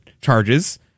charges